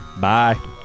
Bye